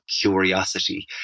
curiosity